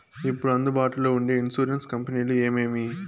ఇప్పుడు అందుబాటులో ఉండే ఇన్సూరెన్సు కంపెనీలు ఏమేమి?